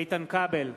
איתן כבל,